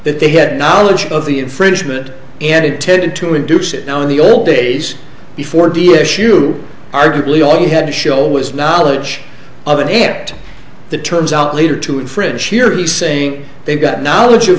that they had knowledge of the infringement and it tended to induce it now in the old days before the issue arguably all he had to show was knowledge of an act that turns out later to infringe here he's saying they've got knowledge of